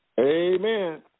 Amen